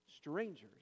strangers